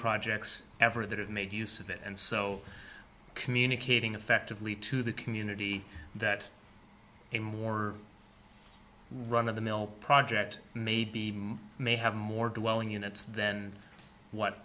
projects ever that have made use of it and so communicating effectively to the community that a more run of the mill project may be may have more dwelling units than what